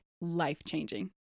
life-changing